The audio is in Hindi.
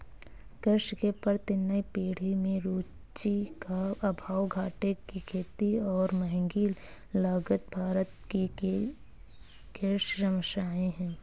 कृषि के प्रति नई पीढ़ी में रुचि का अभाव, घाटे की खेती और महँगी लागत भारत की कृषि समस्याए हैं